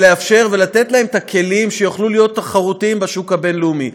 לאפשר ולתת להם את הכלים שיוכלו להיות תחרותיים בשוק הבין-לאומי.